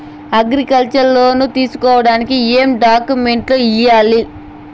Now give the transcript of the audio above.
Agriculture loan తీసుకోడానికి ఏం డాక్యుమెంట్లు ఇయ్యాలి?